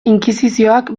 inkisizioak